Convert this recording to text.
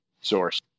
source